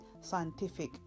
scientific